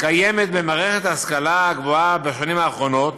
הקיימת במערכת ההשכלה הגבוהה בשנים האחרונות,